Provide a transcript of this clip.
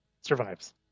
survives